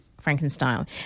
Frankenstein